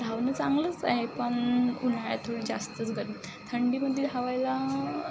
धावणं चांगलंच आहे पण उन्हाळ्यात थोडी जास्तच गरमी थंडीमध्ये धावायला